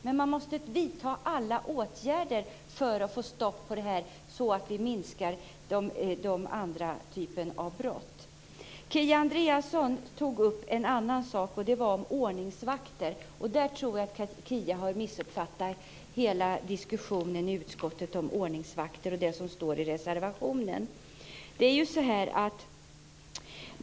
Men man måste vidta alla åtgärder som går för att få stopp på den typen av brott. Kia Andreasson tog upp en annan sak, och det handlade om ordningsvakter. Där tror jag att Kia Andreasson har missuppfattat hela diskussionen i utskottet om ordningsvakter och det som står i reservationen.